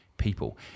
people